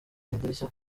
idirishya